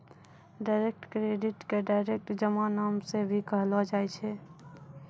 direct credit के direct जमा नाम से भी कहलो जाय छै